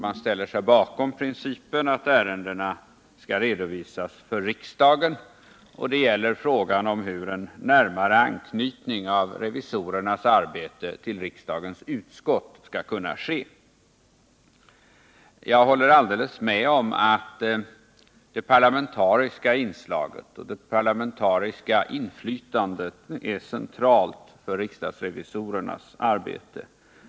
Man ställer sig där bakom principen att ärendena skall redovisas för riksdagen. Det gäller vidare frågan om hur en närmare anknytning av revisorernas arbete till riksdagens utskott nu skall kunna ske. Jag håller helt med om att det parlamentariska inslaget i och det parlamentariska inflytandet på riksdagsrevisorernas arbete är centralt.